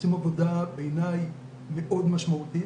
עושים עבודה בעיניי מאוד משמעותית.